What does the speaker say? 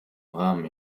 rahmen